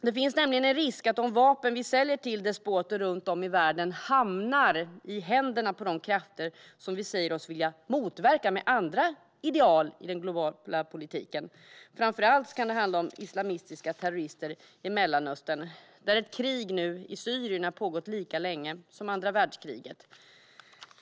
Det finns en risk att de vapen som vi säljer till despoter runt om i världen hamnar i händerna på de krafter som vi säger oss vilja motverka med andra ideal i den globala politiken. Framför allt kan det handla om islamistiska terrorister i Mellanöstern. Kriget i Syrien har nu pågått lika länge som andra världskriget.